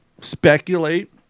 speculate